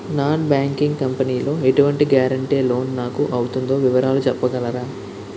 Non banking company లో ఎటువంటి guarantee loan నాకు అవుతుందో వివరాలు చెప్పగలరా?